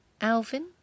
Alvin